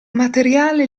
materiale